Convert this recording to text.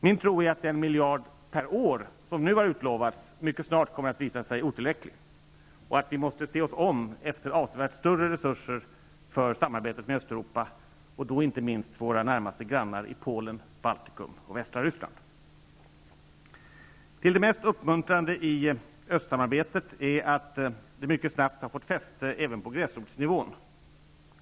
Min tro är att den miljard per år som nu har utlovats mycket snart kommer att visa sig otillräcklig och att vi måste se oss om efter avsevärt större resurser för samarbetet med Östeuropa och då inte minst våra närmaste grannar i Polen, Baltikum och västra Till det mest uppmuntrande i östsamarbetet är att det mycket snabbt har fått fäste även på gräsrotsnivån.